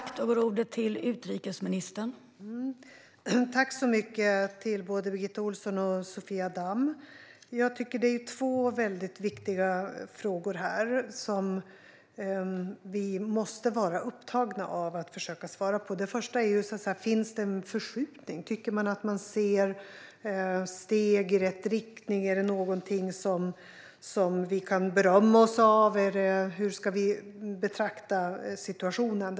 Fru talman! Tack, både Birgitta Ohlsson och Sofia Damm! Jag tycker att det finns två väldigt viktiga frågor som vi måste vara upptagna av att försöka svara på. Den första är: Finns det en förskjutning? Tycker man att man ser steg i rätt riktning? Är det något vi kan berömma oss av? Hur ska vi betrakta situationen?